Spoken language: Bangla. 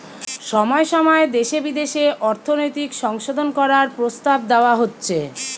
সময় সময় দেশে বিদেশে অর্থনৈতিক সংশোধন করার প্রস্তাব দেওয়া হচ্ছে